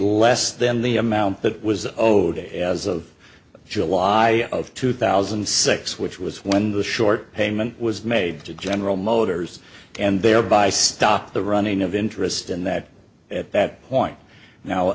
less than the amount that was owed as of july of two thousand and six which was when the short payment was made to general motors and thereby stop the running of interest in that at that point now